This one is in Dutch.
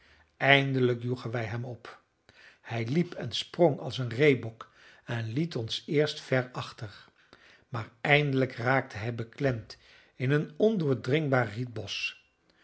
eindelijk joegen wij hem op hij liep en sprong als een reebok en liet ons eerst ver achter maar eindelijk raakte hij beklemd in een ondoordringbaar rietbosch